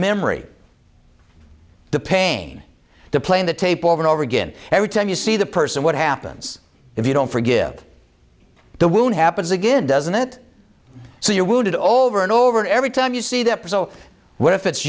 memory the pain the playing the tape over and over again every time you see the person what happens if you don't forgive the wound happens again doesn't it so you're wounded over and over every time you see that so what if it's